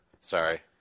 Sorry